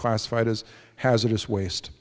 classified as hazardous waste